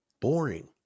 boring